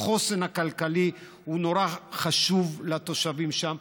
החוסן הכלכלי הוא נורא חשוב לתושבים שם.